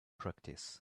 practice